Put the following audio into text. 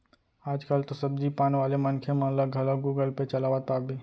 आज कल तो सब्जी पान वाले मनखे मन ल घलौ गुगल पे चलावत पाबे